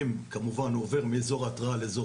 אם כמובן הוא עובר מאזור ההתראה לאזור